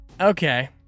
Okay